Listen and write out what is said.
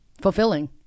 fulfilling